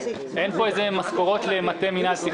אין פה משכורות למטה מינהל תכנון.